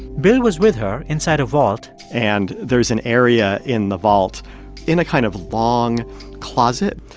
bill was with her inside a vault and there's an area in the vault in a kind of long closet.